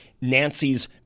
nancy's